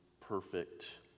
perfect